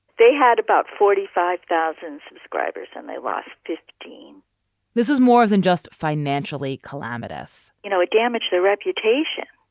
they had about forty five thousand subscribers and they lost fifteen point this is more than just financially calamitous you know, it damaged their reputation,